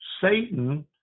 Satan